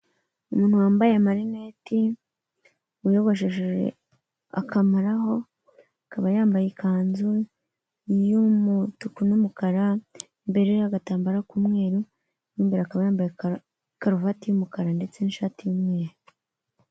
Umuntu wambaye amarineti, wiyogoshesheje akamaraho, akaba yambaye ikanzu y'umutuku n'umukara, imbere hari agatambaro k'umweru, mo imbere akaba yambaye karuvati y'umukara ndetse n'ishati y'umweru.